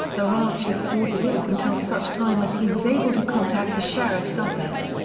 the rancher stored the disc until such time as he was able to contact the sheriff's office,